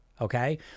okay